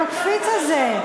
יש לך הקפיץ הזה.